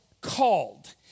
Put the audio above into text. Called